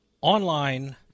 online